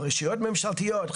או רשויות ממשלתיות,